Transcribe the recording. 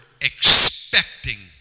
expecting